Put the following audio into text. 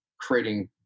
creating